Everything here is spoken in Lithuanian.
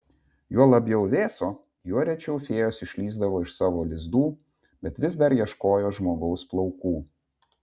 juo labiau vėso juo rečiau fėjos išlįsdavo iš savo lizdų bet vis dar ieškojo žmogaus plaukų